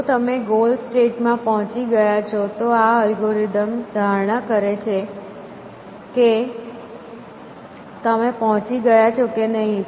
જો તમે goal state માં પહોંચી ગયા છો તો આ અલ્ગોરિધમ ધારણા કરે છે કે તમે પહોંચી ગયા છો કે નહીં